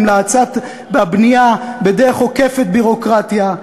להאצה בבנייה בדרך עוקפת-ביורוקרטיה,